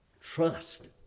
Trust